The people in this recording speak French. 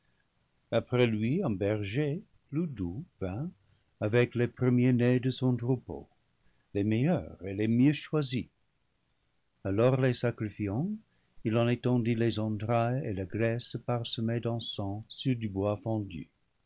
après lui un berger plus doux vint avec les premiers-nés de son troupeau les meilleurs et les mieux choisis alors les sacrifiant il en étendit les entrailles et la graisse parsemées d'encens sur du bois fendu